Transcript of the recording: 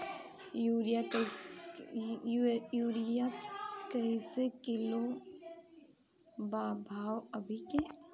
Urea कइसे kilo बा भाव अभी के?